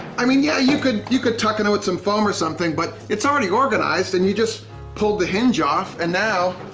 i mean yeah you could you could tuck it in with some foam or something. but it's already organized, and you just pulled the hinge off. and now